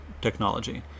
technology